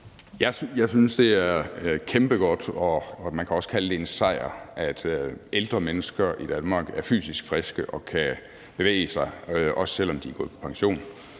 Jeg synes, det er enormt godt, og man kan også kalde det en sejr, at ældre mennesker i Danmark er fysisk friske og kan bevæge sig, også selv om de er gået på pension.